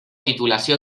titulació